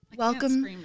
Welcome